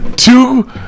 Two